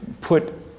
put